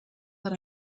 that